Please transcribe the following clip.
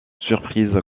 surprise